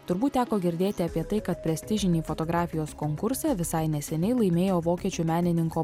turbūt teko girdėti apie tai kad prestižinį fotografijos konkursą visai neseniai laimėjo vokiečių menininko